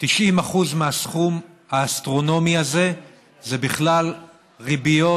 90% מהסכום האסטרונומי הזה הוא בכלל ריביות